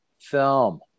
film